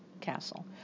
Castle